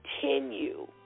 continue